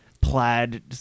plaid